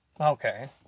Okay